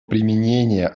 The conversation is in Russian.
применения